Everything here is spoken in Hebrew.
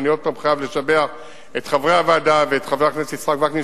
ואני שוב חייב לשבח את חברי הוועדה ואת חבר הכנסת יצחק וקנין,